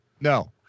No